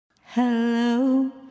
Hello